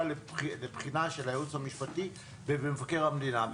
לבחינה של היועץ השפטי ושל מבקר המדינה.